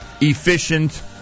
efficient